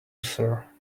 sir